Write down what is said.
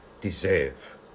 deserve